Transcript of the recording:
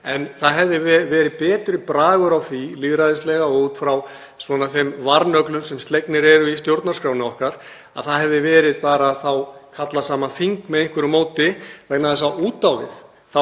En það hefði verið betri bragur á því lýðræðislega og út frá þeim varnöglum sem slegnir eru í stjórnarskránni okkar að kallað hefði verið saman þing með einhverju móti vegna þess að út á